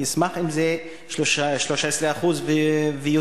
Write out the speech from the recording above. אני אשמח אם זה 13% ויותר,